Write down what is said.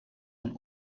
von